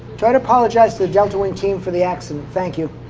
toyota apologized to the deltawing team for the accident. thank you.